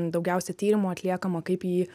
daugiausia tyrimų atliekama kaip jį